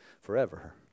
forever